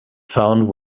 found